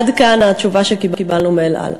עד כאן התשובה שקיבלנו מ"אל על".